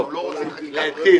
אנחנו לא רוצים חקיקת בחירות.